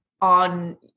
on